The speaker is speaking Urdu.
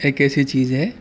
ایک ایسی چیز ہے